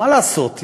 מה לעשות,